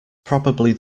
probably